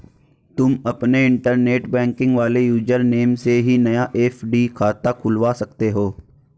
तुम अपने internet banking वाले यूज़र नेम से ही नया एफ.डी खाता खुलवा सकते हो